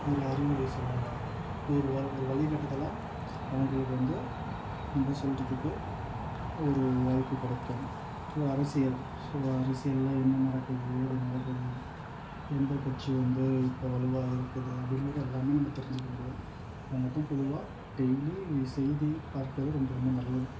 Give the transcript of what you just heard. ஒரு அறிவுரை சொல்லெலாம் ஒரு ஒரு வழிகாட்டுதலாக அவங்களுக்கு வந்து நம்ம சொல்கிறதுக்கு ஒரு வாய்ப்பு கிடைக்கும் அரசியல் சொல்லெலாம் அரசியலில் என்ன நடக்குது ஏது நடக்குது எந்த கட்சி வந்து இப்போ வலுவா இருக்குது அப்படிங்குறத எல்லாமே நம்ம தெரிஞ்சுக்க முடியும் ஆக மொத்தம் பொதுவாக டெய்லி செய்தி பார்க்குறது ரொம்ப ரொம்ப நல்லது